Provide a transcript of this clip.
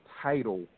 title